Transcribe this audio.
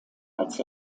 als